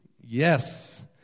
Yes